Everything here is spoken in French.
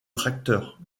tracteur